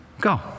Go